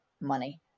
money